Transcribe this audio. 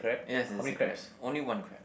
yes there's a crab only one crab